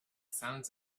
sounds